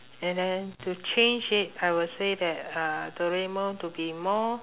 and then to change it I would say that uh doraemon to be more